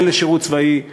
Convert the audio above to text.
הן לשירות צבאי,